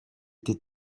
était